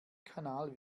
kanal